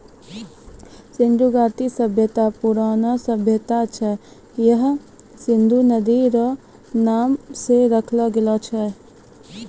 सिन्धु घाटी सभ्यता परौनो सभ्यता छै हय सिन्धु नदी रो नाम से राखलो गेलो छै